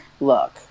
Look